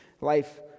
life